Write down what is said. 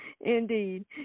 indeed